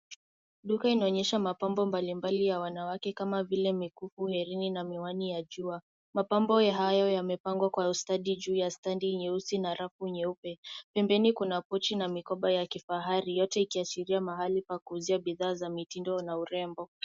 Duka inaonyesha mapambo mbalimbali ya wanawake kama vile mikufu, herini na miwani ya jua. Mapambo hayo yamepangwa kwa ustadi juu ya stendi nyeusi na rafu nyeupe. Pembeni kuna pochi na mikoba ya kifahari, yote ikiashiria mahali pa kuuzia bidhaa za mitindo na urembo.